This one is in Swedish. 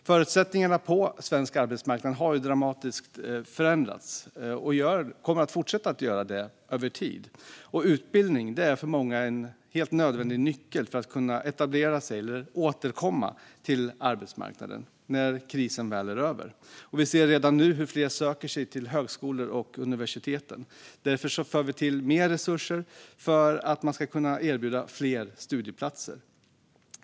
Förutsättningarna på svensk arbetsmarknad har dramatiskt förändrats och kommer att fortsätta att göra det över tid. Utbildning är för många en nödvändig nyckel för att kunna etablera sig på eller återkomma till arbetsmarknaden när krisen väl är över. Vi ser redan nu hur fler söker sig till högskolor och universitet. Därför för vi till mer resurser för att man ska kunna erbjuda fler studieplatser.